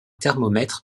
thermomètre